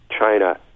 China